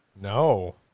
No